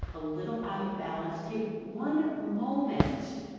a little out of balance, take one moment,